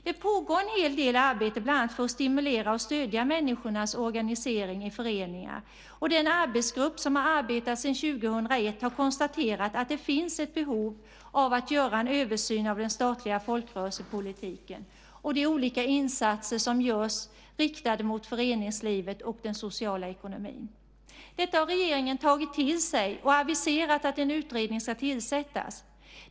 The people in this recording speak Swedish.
Det pågår en hel del arbete bland annat för att stimulera och stödja människornas organisering i föreningar, och den arbetsgrupp som har arbetat sedan 2001 har konstaterat att det finns ett behov av att göra en översyn av den statliga folkrörelsepolitiken och de olika insatser som görs riktade mot föreningslivet och den sociala ekonomin. Detta har regeringen tagit till sig och aviserat att en utredning ska tillsättas.